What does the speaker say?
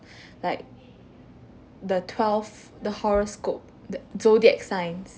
like the twelve the horoscope the zodiac signs